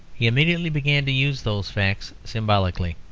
he immediately began to use those facts symbolically.